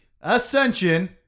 Ascension